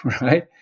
right